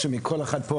אני חשוב שמכל אחד פה,